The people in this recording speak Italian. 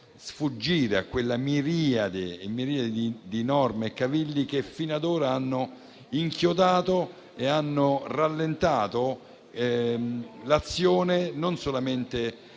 sfuggire a quella miriade e miriade di norme e cavilli che fino ad ora hanno inchiodato e rallentato non solo